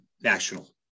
national